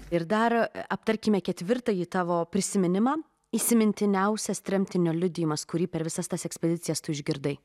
ir dar aptarkime ketvirtąjį tavo prisiminimą įsimintiniausias tremtinio liudijimas kurį per visas tas ekspedicijas tu išgirdai